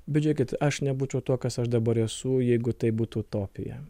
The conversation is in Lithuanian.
bet žiūrėkit aš nebūčiau tuo kas aš dabar esu jeigu tai būtų utopija